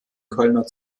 kölner